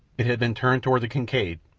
it had been turned toward the kincaid,